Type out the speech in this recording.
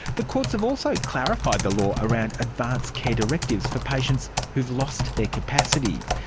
the courts have also clarified the law around advance care directives for patients who've lost their capacity.